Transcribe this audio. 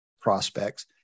prospects